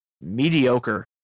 mediocre